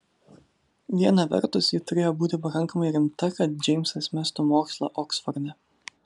viena vertus ji turėjo būti pakankamai rimta kad džeimsas mestų mokslą oksforde